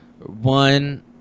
One